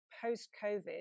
post-COVID